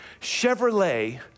Chevrolet